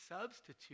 substitute